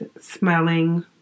smelling